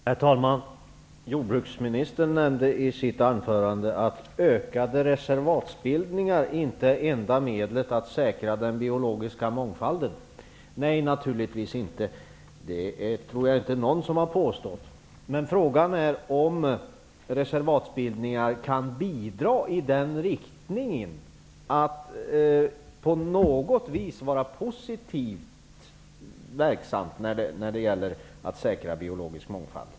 Herr talman! Jordbruksministern nämnde i sitt anförande att ökade reservatsbildningar inte är enda medlet för att säkra den biologiska mångfalden. Nej, naturligtvis inte! Det tror jag inte att någon har påstått, men frågan är om reservatsbildningar på något vis kan bidra i en positiv riktning när det gäller att säkra biologisk mångfald.